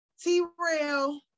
T-Rail